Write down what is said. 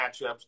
matchups